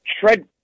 tread –